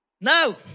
No